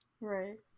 Right